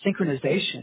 synchronization